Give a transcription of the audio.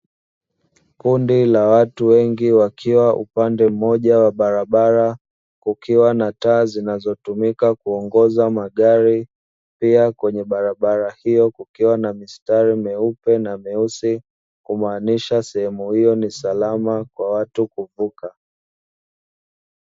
Kundi la watu wengi, wakiwa upande mmoja wa barabara kukiwa na taa zinazotumika kuongoza magari, pia kwenye barabara hiyo kukiwa na mistari meupe na meusi kumaanisha sehemu hiyo ni salama kwa watu kuvuka.